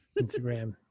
Instagram